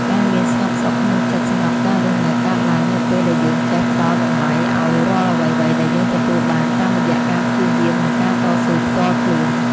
ការមានស្ងប់សុខក្នុងចិត្តសម្រាប់ការរស់នៅកើតឡើងនៅពេលដែលយើងចេះផ្ដល់តម្លៃឱ្យរាល់អ្វីៗដែលយើងទទួលបានតាមរយៈការព្យាយាមនិងការតស៊ូផ្ទាល់ខ្លួន។